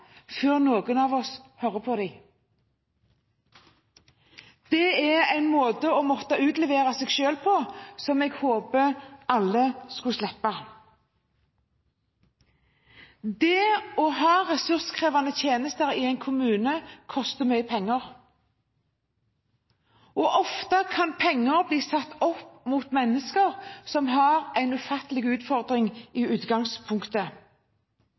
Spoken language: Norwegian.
før noen av oss hører på dem. Det er en måte å måtte utlevere seg selv på som jeg håper alle slipper. Det å ha ressurskrevende tjenester i en kommune, koster mye penger. Ofte kan penger bli satt opp mot mennesker som har en ufattelig utfordring i utgangspunktet.